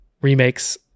remakes